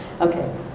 Okay